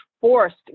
forced